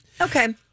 okay